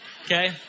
Okay